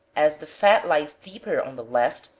as the fat lies deeper on the left,